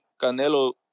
Canelo –